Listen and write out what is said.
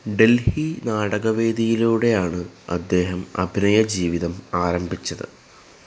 ഡൽഹി നാടക വേദിയിലൂടെയാണ് അദ്ദേഹം അഭിനയ ജീവിതം ആരംഭിച്ചത്